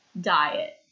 diet